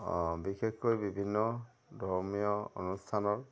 বিশেষকৈ বিভিন্ন ধৰ্মীয় অনুষ্ঠানত